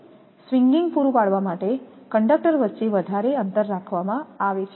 swinging પૂરું પાડવા માટે કંડક્ટર વચ્ચે વધારે અંતર રાખવામાં આવે છેછે